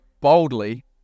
boldly